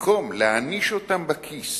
במקום להעניש אותם בכיס